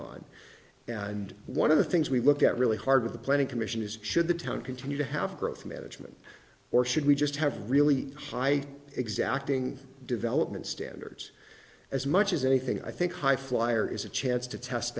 on and one of the things we look at really hard in the planning commission is should the town continue to have growth management or should we just have really high exacting development standards as much as anything i think highflyer is a chance to test